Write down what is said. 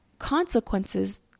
consequences